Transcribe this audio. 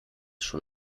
schon